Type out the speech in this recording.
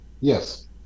Yes